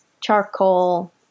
charcoal